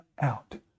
out